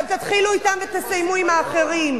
אתם תתחילו אתם ותסיימו עם האחרים.